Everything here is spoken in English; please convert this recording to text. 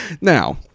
now